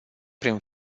prin